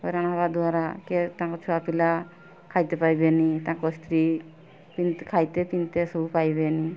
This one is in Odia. ହଇରାଣ ହେବା ଦ୍ୱାରା କିଏ ତାଙ୍କ ଛୁଆ ପିଲା ଖାଇବାକୁ ପାଇବେନି ତାଙ୍କ ସ୍ତ୍ରୀ କେମତି ଖାଇତେ ପିଇତେ ସବୁ ପାଇବେନି